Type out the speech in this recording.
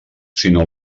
sinó